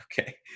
Okay